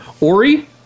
Ori